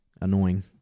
Annoying